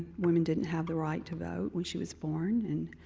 women didn't have the right to vote when she was born, and